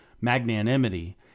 magnanimity